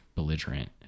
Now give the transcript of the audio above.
belligerent